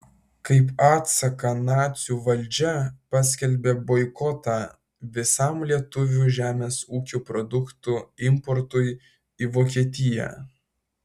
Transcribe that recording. kaip atsaką nacių valdžia paskelbė boikotą visam lietuvių žemės ūkio produktų importui į vokietiją